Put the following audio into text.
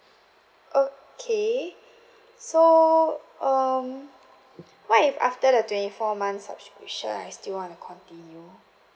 okay so um what if after the twenty four months subscription I still wanna continue